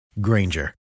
Granger